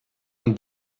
ein